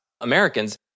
Americans